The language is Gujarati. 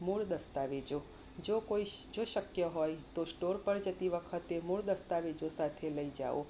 મૂળ દસ્તાવેજો જો કોઈ જો શક્ય હોય તો સ્ટોર પર જતી વખતે મૂળ દસ્તાવેજો સાથે લઈ જાઓ